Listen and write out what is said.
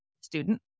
student